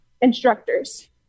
instructors